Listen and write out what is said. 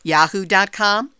Yahoo.com